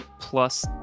Plus